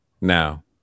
now